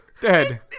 dead